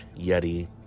Yeti